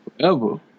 Forever